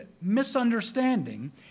misunderstanding